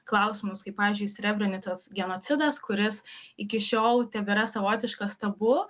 klausimus kaip pavyzdžiui srebrenicos genocidas kuris iki šiol tebėra savotiškas tabu